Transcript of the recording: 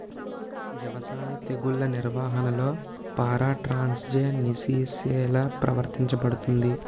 వ్యవసాయ తెగుళ్ల నిర్వహణలో పారాట్రాన్స్జెనిసిస్ఎ లా వర్తించబడుతుంది?